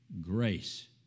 grace